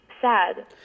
sad